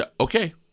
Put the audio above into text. okay